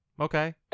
Okay